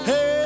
Hey